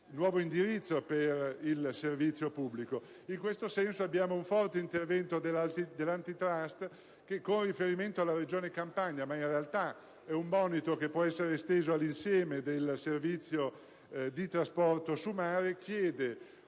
nuovo indirizzo per il servizio pubblico doveva essere avviato ed in questo senso c'è un forte intervento dell'*Antitrust* che, con riferimento alla Regione Campania - ma in realtà è un monito che può essere esteso all'insieme del servizio di trasporto su mare - chiede